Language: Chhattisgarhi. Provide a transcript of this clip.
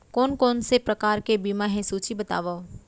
कोन कोन से प्रकार के बीमा हे सूची बतावव?